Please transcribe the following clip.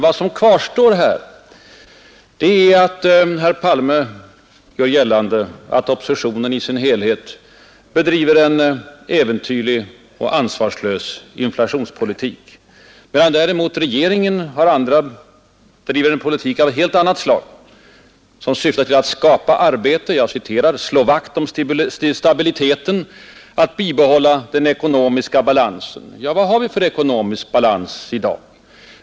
Vad som under alla förhållanden kvarstår är att herr Palme gör gällande att oppositionen i sin helhet bedriver en äventyrlig och ansvarslös inflationspolitik, medan däremot regeringen för en politik av helt annat slag som syftar till att skapa arbete, slå vakt om stabiliteten och att bibehålla den ekonomiska balansen. Men vad har vi för ekonomisk balans i dag?